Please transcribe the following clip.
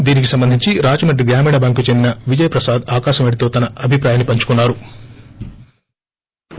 దీనికి సంబంధించి రాజమండ్రి గ్రామీణ బ్యాంక్ కు చెందిన విజయ ప్రసాద్ అకాశావాణితో తన అభిప్రాయాన్ని పంచుకున్నారు